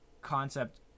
Concept